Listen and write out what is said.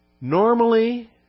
Normally